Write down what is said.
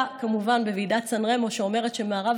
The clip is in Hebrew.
וכמובן ההחלטה בוועידת סן רמו שאומרת שממערב